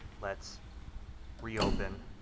let's reopen